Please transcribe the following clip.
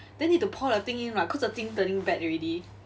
then need to pour the thing in [what] cause the thing turning bad already